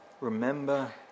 Remember